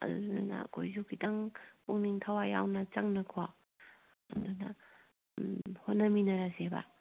ꯑꯗꯨꯗꯨꯅ ꯑꯩꯈꯣꯏꯁꯨ ꯈꯤꯇꯪ ꯄꯨꯛꯅꯤꯡ ꯊꯥꯋꯥꯏ ꯌꯥꯎꯅ ꯆꯪꯅꯀꯣ ꯑꯗꯨꯅ ꯍꯣꯠꯅꯃꯤꯟꯅꯔꯦꯕ